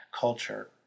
culture